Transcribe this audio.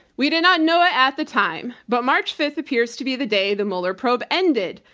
we did not know it at the time, but march fifth appears to be the day the mueller probe ended.